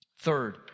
Third